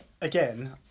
Again